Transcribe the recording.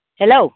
hello